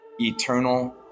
Eternal